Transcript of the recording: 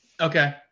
Okay